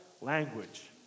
language